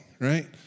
Right